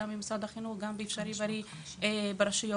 גם עם משרד החינוך וגם תוכנית ׳אפשרי בריא׳ ברשויות.